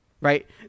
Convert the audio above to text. right